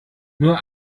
nur